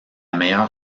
meilleure